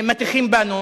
מטיחים בנו,